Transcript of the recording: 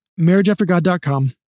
marriageaftergod.com